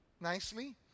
nicely